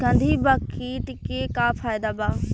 गंधी बग कीट के का फायदा बा?